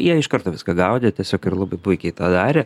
jie iš karto viską gaudė tiesiog ir labai puikiai tą darė